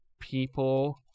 people